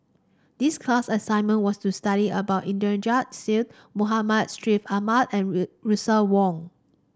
this class assignment was to study about Inderjit Singh Muhammad Street Ahmad and ray Russel Wong